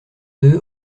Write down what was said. deux